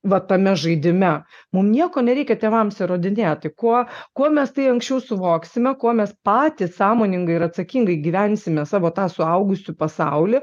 va tame žaidime mum nieko nereikia tėvams įrodinėti kuo kuo mes tai anksčiau suvoksime kuo mes patys sąmoningai ir atsakingai gyvensime savo tą suaugusių pasaulį